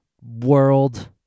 world